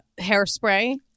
hairspray